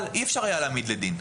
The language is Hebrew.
אבל אי אפשר היה להעמיד לדין.